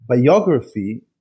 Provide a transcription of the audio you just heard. biography